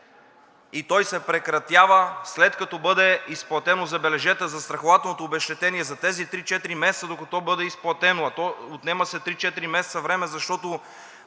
и той се прекратява, след като бъде изплатено, забележете, застрахователното обезщетение за тези три-четири месеца, докато бъде изплатено, а то отнема три-четири месеца време, защото